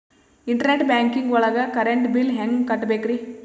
Internet banking ಒಳಗ್ current bill ಹೆಂಗ್ ಕಟ್ಟ್ ಬೇಕ್ರಿ?